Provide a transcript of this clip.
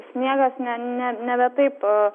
sniegas ne ne nebe taip